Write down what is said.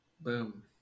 boom